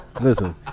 Listen